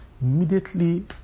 Immediately